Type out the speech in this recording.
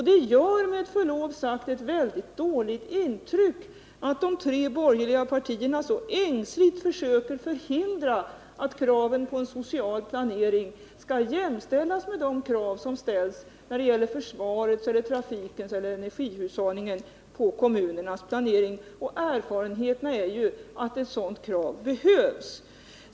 Det gör med förlov sagt ett väldigt dåligt intryck att de tre borgerliga partierna så ängsligt försöker förhindra att kraven på en social planering jämställs med de krav som ställs på kommunernas planering när det gäller försvaret, trafiken eller energihushållningen. Erfarenheterna är att ett sådant krav behövs.